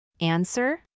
Answer